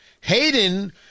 Hayden